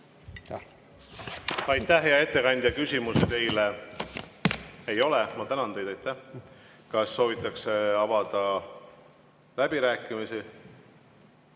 Aitäh, hea ettekandja! Küsimusi teile ei ole. Ma tänan teid. Kas soovitakse avada läbirääkimisi?